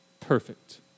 perfect